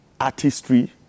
artistry